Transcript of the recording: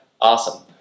awesome